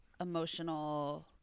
emotional